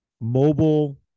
mobile